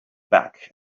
back